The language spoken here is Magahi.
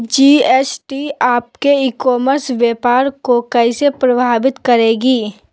जी.एस.टी आपके ई कॉमर्स व्यापार को कैसे प्रभावित करेगी?